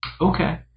Okay